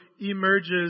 emerges